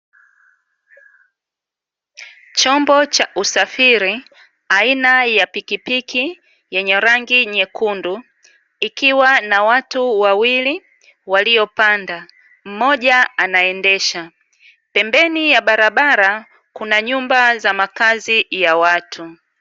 Chombo cha usafiri aina ya pikipiki yenye rangi nyekundu, ikiwa na watu wawili waliopanda; mmoja anaendesha, pembeni ya barabara kuna nyumba za makazi ya watu.